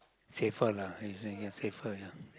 safer lah you see ya safer lah